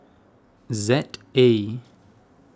Z A